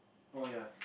oh ya